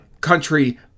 country